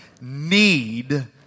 need